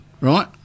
right